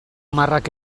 marrak